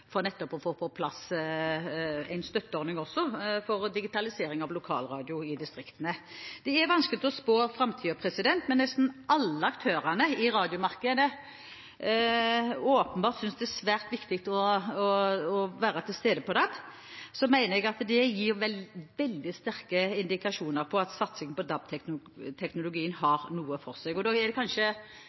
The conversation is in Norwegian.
for nettopp å få på plass en støtteordning også for digitalisering av lokalradio i distriktene. Det er vanskelig å spå om framtiden, men nesten alle aktørene i radiomarkedet synes åpenbart det er svært viktig å være til stede på DAB. Så mener jeg at det gir veldig sterke indikasjoner på at satsing på DAB-teknologien har noe for seg. Da er det kanskje bedre å stole på markedsaktørene enn på politikerne og